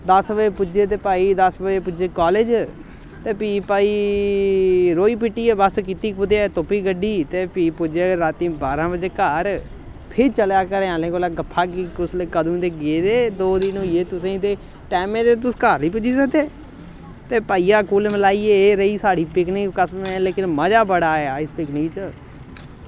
दस बजे पुज्जे ते भाई दस बजे पुज्जे कालज ते भी भाई रोई पिट्टियै बस्स कीती कुतै तुप्पी गड्डी ते भी पुज्जे राती बारां बजे घर फिर चलेआ घरै आह्लें कोला गफ्फा कि कुसलै कदूं दे गेदे दो दिन होई गे तुसें गी ते टैम्मे दे तुस घर निं पुज्जी सकदे ते भइया कुल मलाइयै एह् रेही साढ़ी पिकनिक कसम ऐ लेकन मजा बड़ा आया इस पिकनिक च